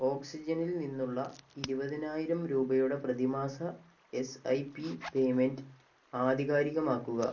ഓക്സിജനിൽ നിന്നുള്ള ഇരുപതിനായിരം രൂപയുടെ പ്രതിമാസ എസ് ഐ പി പേയ്മെന്റ് ആധികാരികമാക്കുക